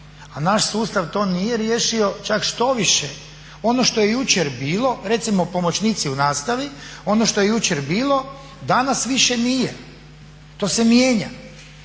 a naš sustav to nije riješio. Čak štoviše, ono što je jučer bilo, recimo pomoćnici u nastavi, ono što je jučer bilo danas više nije, to se mijenja.